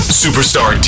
superstar